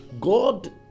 God